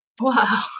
Wow